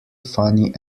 funny